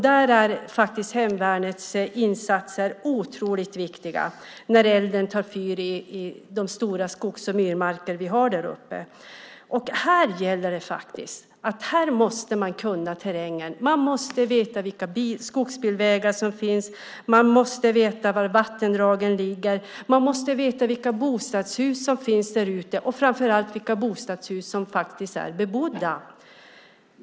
Där är hemvärnets insatser otroligt viktiga när elden tar fart och det tar fyr i de stora skogs och myrmarker vi har där uppe. Här gäller det att kunna terrängen. Man måste veta vilka skogsbilvägar som finns. Man måste veta var vattendragen ligger. Man måste veta vilka bostadshus som finns där ute, och framför allt vilka bostadshus som är bebodda.